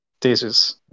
thesis